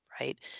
right